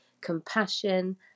compassion